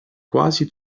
quasi